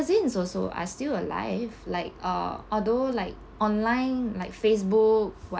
magazines also are still alive like uh although like online like facebook